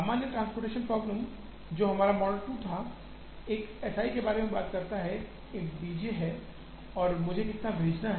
सामान्य transportation problem जो हमारा मॉडल 2 था एक S i के बारे में बात करता है एक D j है मुझे कितना भेजना है